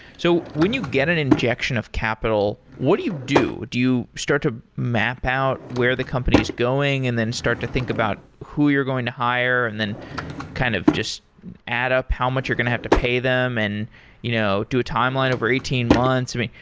so when you get an injection of capital, what do you do? do you start to map out where the company is going, and then start to think about who you're going to hire, and then kind of just add up how much you're going to have to pay them, and you know do a timeline over eighteen months? i mean,